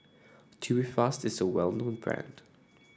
Tubifast is a well known brand